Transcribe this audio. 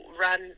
run